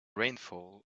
rainfall